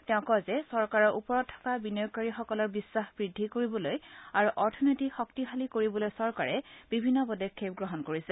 তেওঁ কয় যে চৰকাৰৰ ওপৰত থকা বিনিয়োগকাৰী সকলৰ বিখাস বৃদ্ধি কৰিবলৈ আৰু অথনীতি শক্তিশালী কৰিবলৈ চৰকাৰে বিভিন্ন পদক্ষেপ গ্ৰহণ কৰিছে